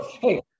hey